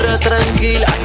Tranquila